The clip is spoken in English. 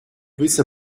these